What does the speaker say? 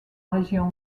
région